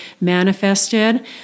manifested